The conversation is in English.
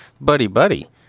buddy-buddy